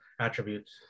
attributes